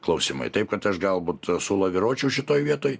klausimai taip kad aš galbūt sulaviruočiau šitoj vietoj